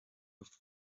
off